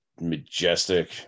majestic